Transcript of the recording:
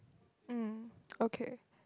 um okay